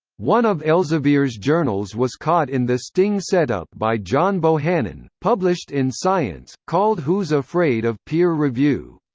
one of elsevier's journals was caught in the sting set-up by john bohannon, published in science, called who's afraid of peer review?